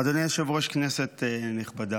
אדוני היושב-ראש, כנסת נכבדה,